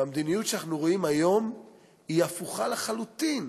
והמדיניות שאנחנו רואים היום היא הפוכה לחלוטין,